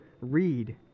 read